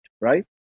right